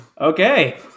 Okay